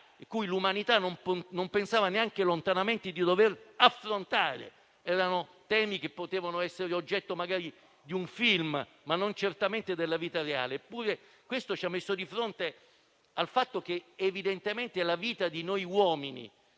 che l'umanità non pensava neanche lontanamente di dover affrontare. Erano temi che potevano essere oggetto magari di un film, ma non certamente della vita reale. Eppure questo ci ha messo di fronte al fatto che evidentemente la vita di noi uomini